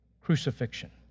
crucifixion